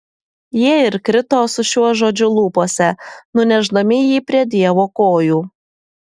jie ir krito su šiuo žodžiu lūpose nunešdami jį prie dievo kojų